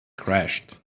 crashed